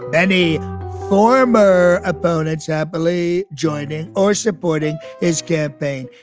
any former opponents happily joining or supporting his campaign?